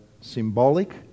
symbolic